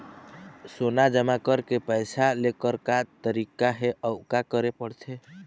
सोना जमा करके पैसा लेकर का तरीका हे अउ का करे पड़थे?